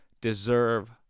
deserve